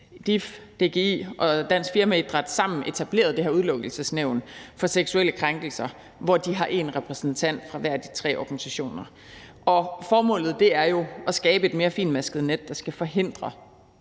DIF, DGI og Dansk Firmaidræt, sammen etableret det her Udelukkelsesnævn for seksuelle krænkelser, hvor de har én repræsentant fra hver af de tre organisationer, og formålet er jo at skabe et mere fintmasket net, der skal forhindre,